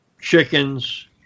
chickens